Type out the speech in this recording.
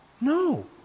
No